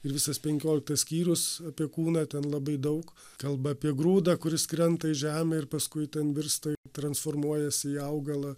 ir visas penkioliktas skyrius apie kūną ten labai daug kalba apie grūdą kuris krenta į žemę ir paskui ten virsta transformuojasi į augalą